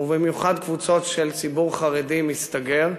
ובמיוחד קבוצות של ציבור חרדי מסתגר,